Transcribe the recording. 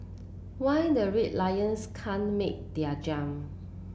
why the Red Lions can't make their jump